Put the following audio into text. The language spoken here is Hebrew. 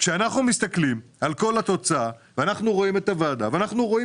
כשאנחנו מסתכלים על כל התוצאה ואנחנו רואים את הוועדה ואנחנו רואים